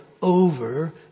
Over